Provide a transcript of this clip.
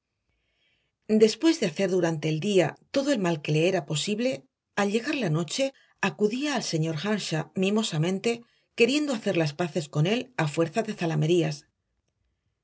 después de hacer durante el día todo el mal que le era posible al llegar la noche acudía al señor earnshaw mimosamente queriendo hacer las paces con él a fuerza de